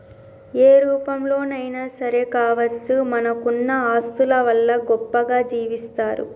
ఏ రూపంలోనైనా సరే కావచ్చు మనకున్న ఆస్తుల వల్ల గొప్పగా జీవిస్తరు